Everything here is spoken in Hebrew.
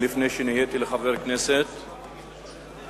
של חבר הכנסת סעיד נפאע.